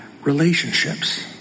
relationships